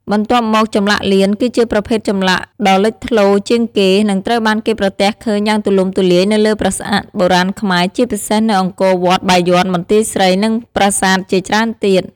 បន្ទាប់មក ចម្លាក់លៀន គឺជាប្រភេទចម្លាក់ដ៏លេចធ្លោជាងគេ និងត្រូវបានគេប្រទះឃើញយ៉ាងទូលំទូលាយនៅលើប្រាសាទបុរាណខ្មែរ ជាពិសេសនៅអង្គរវត្ត បាយ័ន បន្ទាយស្រី និងប្រាសាទជាច្រើនទៀត។